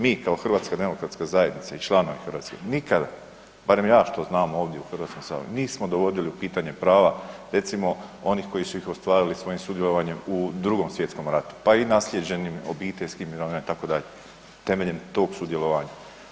Mi kao HDZ i članovi, nikada barem ja što znam ovdje u Hrvatskom saboru nismo dovodili u pitanje prava recimo onih koji su ih ostvarili svojim sudjelovanjem u Drugom svjetskom ratu, pa i naslijeđenim obiteljskim mirovina itd., temeljem tog sudjelovanja.